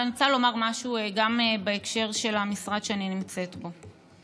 אבל אני רוצה לומר משהו גם בהקשר של המשרד שאני נמצאת בו.